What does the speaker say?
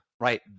right